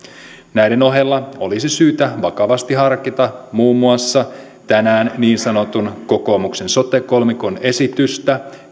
näiden ohella olisi syytä vakavasti harkita muun muassa tänään esillä ollutta niin sanotun kokoomuksen sote kolmikon esitystä